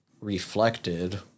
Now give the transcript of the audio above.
reflected